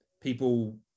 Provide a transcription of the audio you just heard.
people